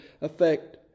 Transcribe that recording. affect